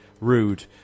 rude